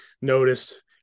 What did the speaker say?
noticed